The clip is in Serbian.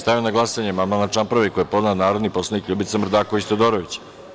Stavljam na glasanje amandman na član 1. koji je podnela narodni poslanik LJubica Mrdaković Todorović.